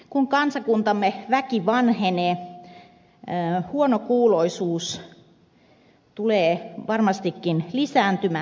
kun kansakuntamme väki vanhenee huonokuuloisuus tulee varmastikin lisääntymään